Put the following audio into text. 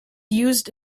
used